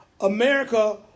America